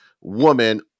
woman